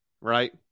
right